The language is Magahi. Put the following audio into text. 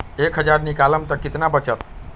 एक हज़ार निकालम त कितना वचत?